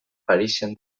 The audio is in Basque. parisen